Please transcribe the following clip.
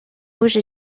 rouge